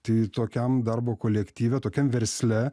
tai tokiam darbo kolektyve tokiam versle